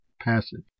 passage